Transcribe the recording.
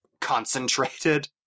concentrated